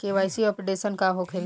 KYC updation का होखेला?